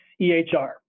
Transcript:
ehr